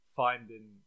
finding